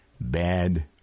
bad